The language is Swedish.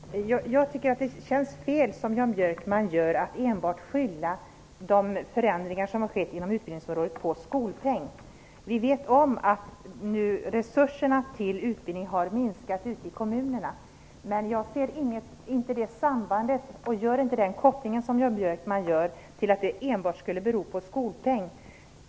Herr talman! Jag tycker att det känns fel att skylla de förändringar som har skett på utbildningsområdet på skolpengen, som Jan Björkman gör. Vi vet att resurserna till utbildning har minskat ute i kommunerna, men jag gör inte den koppling som Jan Björkman gör när han säger att det enbart skulle bero på skolpengen.